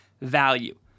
value